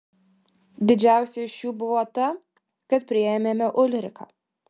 didžiausia iš jų buvo ta kad priėmėme ulriką